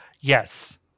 Yes